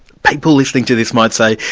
people listening to this might say,